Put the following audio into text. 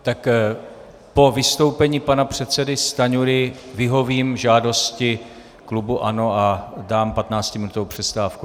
Tak po vystoupení pana předsedy Stanjury vyhovím žádosti klubu ANO a dám patnáctiminutovou přestávku.